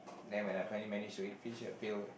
then when I finally managed to eat fish I feel